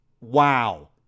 Wow